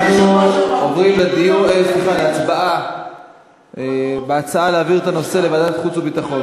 אנחנו עוברים להצבעה על ההצעה להעביר את הנושא לוועדת החוץ והביטחון.